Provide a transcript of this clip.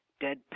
dead